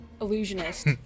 Illusionist